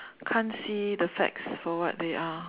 can't see the facts for what they are